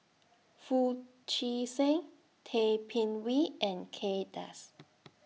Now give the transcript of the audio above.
Foo Chee San Tay Bin Wee and Kay Das